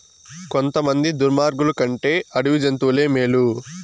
కొంతమంది దుర్మార్గులు కంటే అడవి జంతువులే మేలు